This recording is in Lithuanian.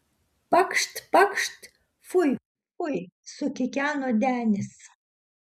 pakšt pakšt fui fui sukikeno denis